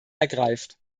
ergreift